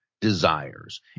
desires